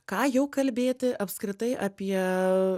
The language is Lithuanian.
ką jau kalbėti apskritai apie